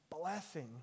Blessing